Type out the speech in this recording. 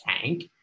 tank